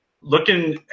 looking